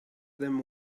them